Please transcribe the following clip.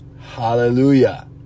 Hallelujah